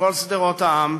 מכל שדרות העם,